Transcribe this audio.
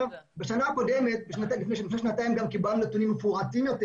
לפני שנתיים גם קיבלנו נתונים מפורטים יותר,